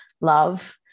love